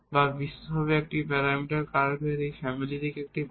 বা বিশেষভাবে একটি প্যারামিটার কার্ভের এই ফ্যামিলি থেকে একটি কার্ভ